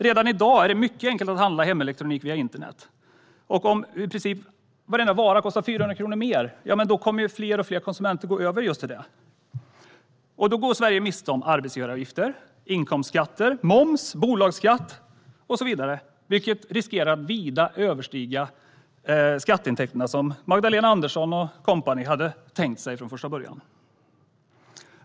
Redan i dag är det mycket enkelt att handla hemelektronik via internet, och om i princip varenda vara kostar 400 kronor mer här kommer ju fler och fler konsumenter att gå över till det. Då går Sverige miste om arbetsgivaravgifter, inkomstskatter, moms, bolagsskatt och så vidare, vilket riskerar att vida överstiga de skatteintäkter Magdalena Andersson och company hade tänkt sig från första början.